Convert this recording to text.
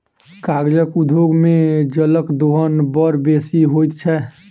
कागज उद्योग मे जलक दोहन बड़ बेसी होइत छै